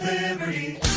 Liberty